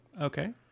okay